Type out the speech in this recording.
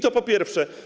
To po pierwsze.